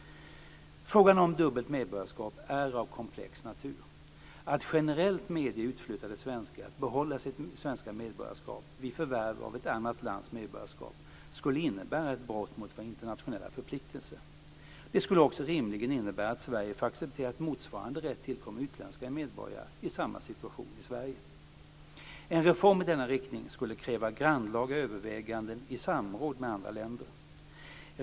Frågan om dubbelt medborgarskap är av komplex natur. Att generellt medge utflyttade svenskar att behålla sitt svenska medborgarskap vid förvärv att ett annat lands medborgarskap skulle innebära ett brott mot våra internationella förpliktelser. Det skulle också rimligen innebära att Sverige får acceptera att motsvarande rätt tillkommer utländska medborgare i samma situation i Sverige. En reform i denna riktning skulle kräva grannlaga överväganden i samråd med andra länder.